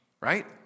right